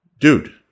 Dude